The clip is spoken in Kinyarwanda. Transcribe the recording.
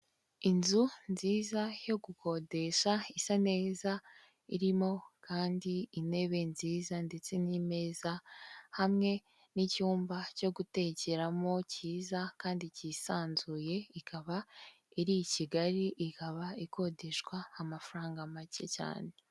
Inzu nziza yo gukodesha, isa neza, irimo kandi intebe nziza ndetse n'imeza hamwe n'icyumba cyo gutekeramo cyiza kandi cyisanzuye, ikaba iri Kigali, ikaba ikodeshwa amafaranga make cyane.